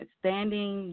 standing